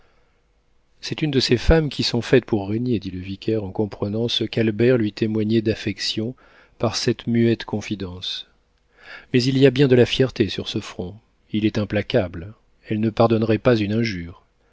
c'est une de ces femmes qui sont faites pour régner dit le vicaire en comprenant ce qu'albert lui témoignait d'affection par cette muette confidence mais il y a bien de la fierté sur ce front il est implacable elle ne pardonnerait pas une injure